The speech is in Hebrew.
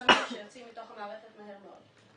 הסמים שיוצאים מתוך המערכת מהר מאוד.